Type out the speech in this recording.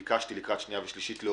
ביקשתי להוריד לקראת שנייה ושלישית.